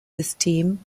system